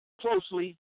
closely